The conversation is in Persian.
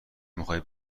میخای